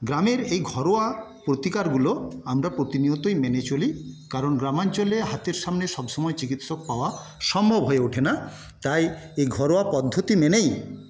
গ্রামের এই ঘরোয়া প্রতিকারগুলো আমরা প্রতিনিয়তই মেনে চলি কারণ গ্রামাঞ্চলে হাতের সামনে সবসময় চিকিৎসক পাওয়া সম্ভব হয়ে ওঠে না তাই এই ঘরোয়া পদ্ধতি মেনেই